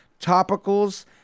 topicals